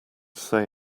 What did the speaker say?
say